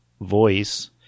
voice